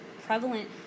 prevalent